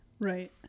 Right